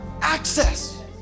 access